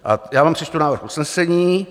A já vám přečtu návrh usnesení.